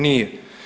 Nije.